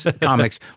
comics